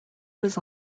was